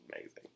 amazing